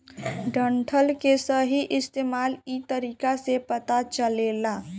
डंठल के सही इस्तेमाल इ तरीका से पता चलेला